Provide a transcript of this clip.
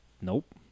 Nope